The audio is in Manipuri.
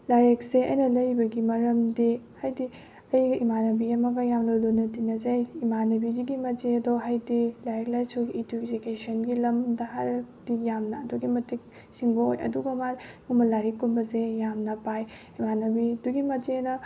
ꯂꯥꯏꯔꯤꯛꯁꯦ ꯑꯩꯅ ꯂꯩꯔꯨꯕꯒꯤ ꯃꯔꯝꯗꯤ ꯍꯥꯏꯗꯤ ꯑꯩꯒ ꯏꯃꯥꯟꯅꯕꯤ ꯑꯃꯒ ꯌꯥꯝꯅ ꯂꯨꯅ ꯇꯤꯟꯅꯖꯩ ꯏꯃꯥꯟꯅꯕꯤꯁꯤꯒꯤ ꯃꯆꯦꯗꯣ ꯍꯥꯏꯗꯤ ꯂꯥꯏꯔꯤꯛ ꯂꯥꯏꯁꯨꯒꯤ ꯏꯗꯨꯀꯦꯁꯟꯒꯤ ꯂꯝꯗ ꯍꯥꯏꯔꯗꯤ ꯌꯥꯝꯅ ꯑꯗꯨꯛꯀꯤ ꯃꯇꯤꯛ ꯁꯤꯡꯕ ꯑꯣꯏ ꯑꯗꯨꯒ ꯃꯥꯗꯤ ꯂꯥꯏꯔꯤꯛꯀꯨꯝꯕꯁꯦ ꯌꯥꯝꯅ ꯄꯥꯏ ꯏꯃꯥꯟꯅꯕꯤꯗꯨꯒꯤ ꯃꯆꯦꯅ